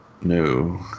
No